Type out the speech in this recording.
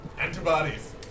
Antibodies